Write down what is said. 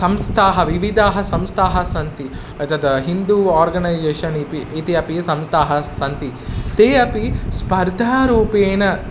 संस्थाः विविधाः संस्थाः सन्ति एतद् हिन्दु आर्गनैजेशन् इति इति अपि संस्थाः सन्ति ते अपि स्पर्धारूपेण